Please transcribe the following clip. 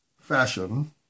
fashion